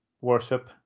worship